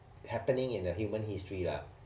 happening in the human history lah